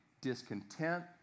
discontent